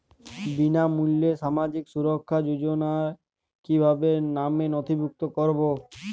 বিনামূল্যে সামাজিক সুরক্ষা যোজনায় কিভাবে নামে নথিভুক্ত করবো?